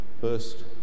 first